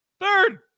Third